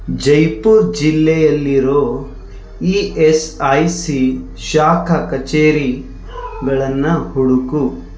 ಜೈಪುರ್ ಜಿಲ್ಲೆಯಲ್ಲಿರೊ E S I C ಶಾಖಾ ಕಚೇರಿಗಳನ್ನ ಹುಡುಕು